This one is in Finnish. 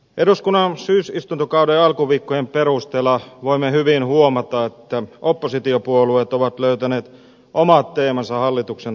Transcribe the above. eduskunnan syysistuntokauden alkuviikkojen perusteella voimme hyvin huomata että oppositiopuolueet ovat löytäneet omat teemansa hallituksen haastamiseen